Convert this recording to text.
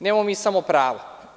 Nemamo mi samo prava.